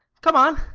come on.